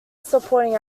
supporting